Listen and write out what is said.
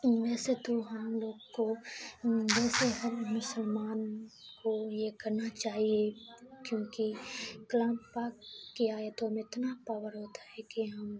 ویسے تو ہم لوگ کو ویسے ہر مسلمان کو یہ کرنا چاہیے کیونکہ کلام پاک کی آیتوں میں اتنا پاور ہوتا ہے کہ ہم